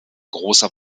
großer